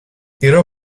ihre